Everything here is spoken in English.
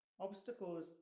Obstacles